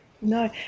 No